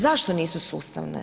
Zašto nisu sustavne?